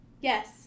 Yes